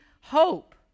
hope